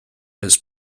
his